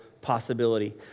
possibility